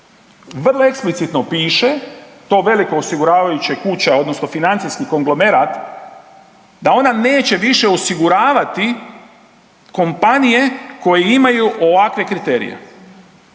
Vrlo eksplicitno piše, to velike osiguravajuće kuća odnosno financijskih konglomerat, da ona neće više osiguravati kompanije koje imaju ovakve kriterije.